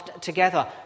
together